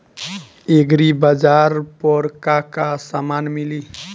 एग्रीबाजार पर का का समान मिली?